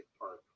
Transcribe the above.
park